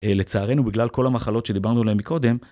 לצערנו, בגלל כל המחלות שדיברנו עליהן מקודם.